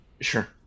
Sure